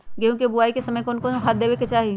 गेंहू के बोआई के समय कौन कौन से खाद देवे के चाही?